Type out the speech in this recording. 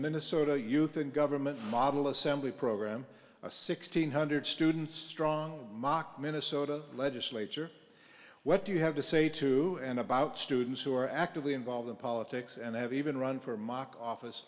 minnesota youth and government model assembly program sixteen hundred students strong mocked minnesota legislature what do you have to say to and about students who are actively involved in politics and have even run for mock office